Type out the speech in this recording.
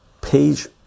page